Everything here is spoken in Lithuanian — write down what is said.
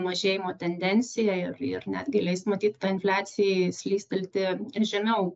mažėjimo tendenciją ir ir netgi leis matyt tai infliacijai slystelti žemiau